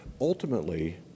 Ultimately